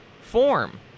form